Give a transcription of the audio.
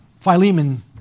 Philemon